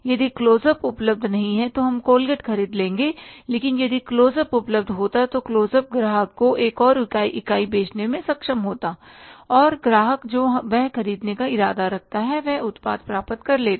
यदि क्लोज़अप उपलब्ध नहीं है तो आप कोलगेट खरीद लेंगे लेकिन यदि क्लोज़अप उपलब्ध होता तो क्लोज़अप ग्राहक को एक और इकाई बेचने में सक्षम होता और ग्राहक जो वह खरीदने का इरादा रखता है वह उत्पाद प्राप्त कर लेता